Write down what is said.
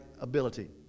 ability